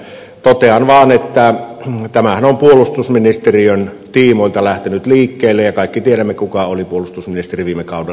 totean vaan että tämähän on puolustusministeriön tiimoilta lähtenyt liikkeelle ja kaikki tiedämme kuka oli puolustusministeri viime kaudella